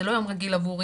זה לא יום רגיל עבורי,